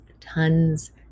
tons